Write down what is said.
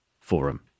forum